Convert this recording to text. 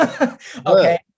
okay